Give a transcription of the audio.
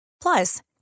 Plus